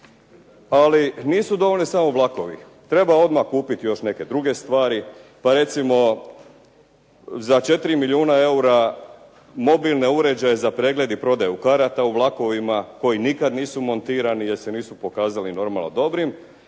Ali nisu dovoljni samo vlakovi, treba odmah kupiti još neke druge stvari. Pa recimo za 4 milijuna eura mobilne uređaje za pregled i prodaju karata u vlakovima koji nikad nisu montirani, jer se nisu pokazali normalno dobrim.